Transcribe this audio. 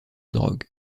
drogue